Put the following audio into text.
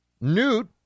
Newt